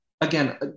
again